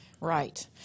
Right